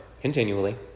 continually